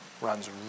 runs